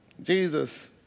Jesus